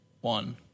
One